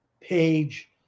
page